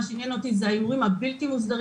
מה שמעניין אותי זה ההימורים הבלתי מוסדרים,